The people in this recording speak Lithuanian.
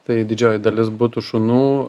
tai didžioji dalis butų šunų